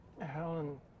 helen